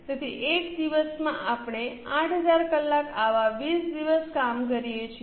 તેથી 1 દિવસમાં આપણે 8000 કલાક આવા 20 દિવસ કામ કરીએ છીએ